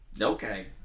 Okay